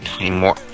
anymore